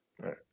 right